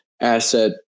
asset